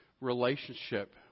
relationship